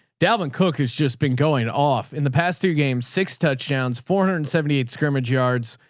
dalvin cook has just been going off in the past two games, six touchdowns, four hundred and seventy eight scrimmage yards.